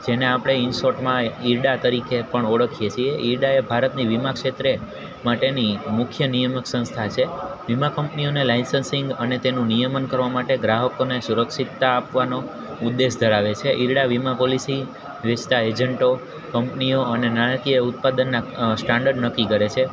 જેને આપણે ઈનસોર્ટમાં ઇરડા તરીકે પણ ઓળખીએ છીએ ઈરડા એ ભારતની વીમા ક્ષેત્રે માટેની મુખ્ય નિયામક સંસ્થા છે વીમા કંપનીઓને લાયસન્સીંગ અને તેનું નિયમન કરવા માટે ગ્રાહકોને સુરક્ષીતતા આપવાનો ઉદ્દેશ્ય ધરાવે છે ઈરડા વીમા પોલિસી વિસ્તા એજન્ટો કંપનીઓ અને નાણાંકીય ઉત્પાદનના સ્ટાન્ડર્ડ નક્કી કરે છે